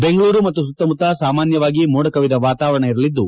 ಬೆಂಗಳೂರು ಮತ್ತು ಸುತ್ತಮುತ್ತ ಸಾಮಾನ್ಯವಾಗಿ ಮೋಡ ಕವಿದ ವಾತಾವರಣ ಇರಲಿದ್ದು